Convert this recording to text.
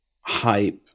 hype